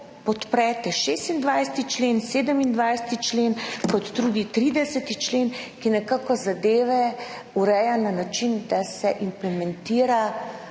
podprli 26. člen, 27. člen in tudi 30. člen, ki nekako zadeve urejajo na način, da se prej implementira